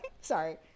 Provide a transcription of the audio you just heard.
Sorry